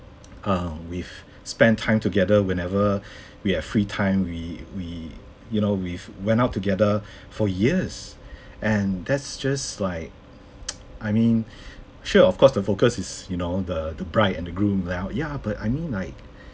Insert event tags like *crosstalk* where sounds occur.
um we've spend time together whenever we have free time we we you know we've went out together for years and that's just like *noise* I mean sure of course the focus is you know the the bride and the groom well ya but I mean like